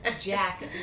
Jack